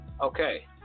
Okay